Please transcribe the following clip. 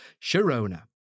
Sharona